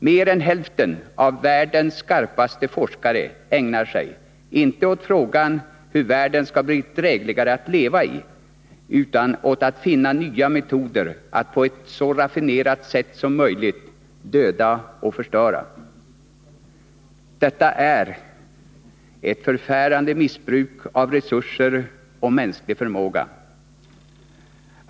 Mer än hälften av världens skickligaste forskare ägnar sig inte åt frågan hur världen skall bli drägligare att leva i utan åt att finna nya metoder att på ett så raffinerat sätt som möjligt döda och förstöra. Detta är ett förfärande missbruk av resurser och mänsklig förmåga.